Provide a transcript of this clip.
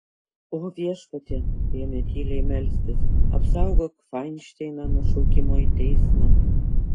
o viešpatie ėmė tyliai melstis apsaugok fainšteiną nuo šaukimo į teismą